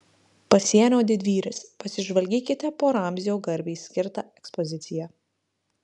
pasienio didvyris pasižvalgykite po ramzio garbei skirtą ekspoziciją